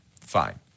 fine